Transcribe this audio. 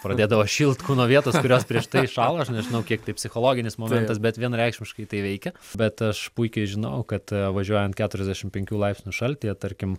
pradėdavo šilt kūno vietos kurios prieš tai šalo aš nežinau kiek tai psichologinis momentas bet vienareikšmiškai tai veikia bet aš puikiai žinau kad važiuojant keturiasdešimt penkių laipsnių šaltyje tarkim